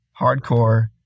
hardcore